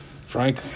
Frank